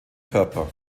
körper